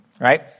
right